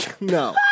No